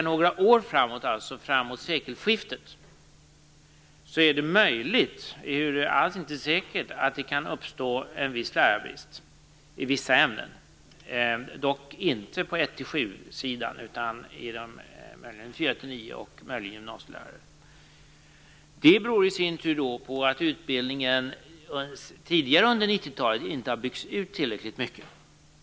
Några år framöver, alltså fram emot sekelskiftet, är det möjligt ehuru alls inte säkert att det kan uppstå en viss lärarbrist i vissa ämnen, dock inte i årklasserna 1-7 utan möjligen i årsklasserna 4-9 och eventuellt vad gäller gymnasielärare. Det beror i sin tur på att utbildningen tidigare under 90 talet inte har byggts ut tillräckligt mycket.